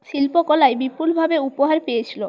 শিল্পকলায় বিপুলভাবে উপহার পেয়েছিল